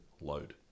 Load